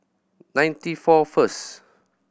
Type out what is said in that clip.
ninety four first